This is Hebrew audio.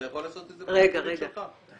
אתה יכול לעשות את זה בבית החולים שלך.